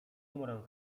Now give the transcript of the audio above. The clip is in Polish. umrę